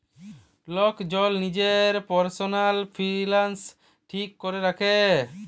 lock জল লিজের পারসলাল ফিলালস ঠিক ক্যরে রাখে